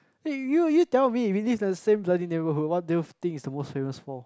you you tell me we live in the same bloody neighborhood what do you think is the most famous for